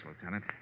Lieutenant